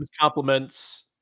compliments